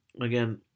again